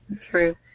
True